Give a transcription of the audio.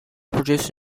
produced